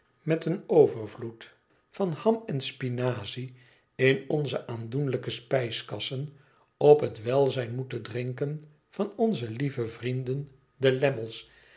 met een overvloed van ham en spinazie in onze aandoenlijke spijskassen op het welzijn moeten drinken van onze lieve vrienden de lammies